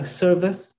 service